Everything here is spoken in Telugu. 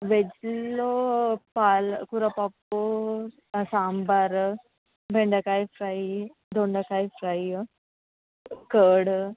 వెజ్లో పాలకూర పప్పు సాంబారు బెండకాయ ఫ్రై దొండకాయ ఫ్రై కర్డ్